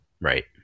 Right